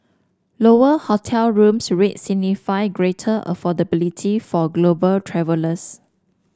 lower hotel rooms rates greater affordability for global travellers